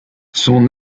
son